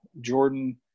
Jordan